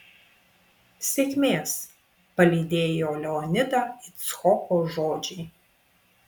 sėkmės palydėjo leonidą icchoko žodžiai